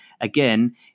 Again